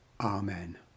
Amen